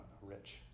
Rich